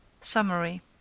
Summary